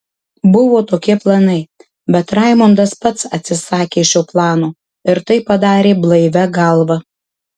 buvo tokie planai bet raimondas pats atsisakė šio plano ir tai padarė blaivia galva